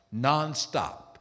nonstop